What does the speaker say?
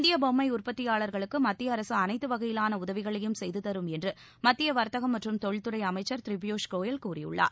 இந்திய பொம்மை உற்பத்தியாளா்களுக்கு மத்திய அரசு அனைத்து வகையிவான உதவிகளையும் செய்து தரும் என்று மத்திய வர்த்தகம் மற்றும் தொழில்துறை அமைச்ச் திரு பியூஸ் கோயல் கூறியுள்ளார்